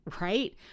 right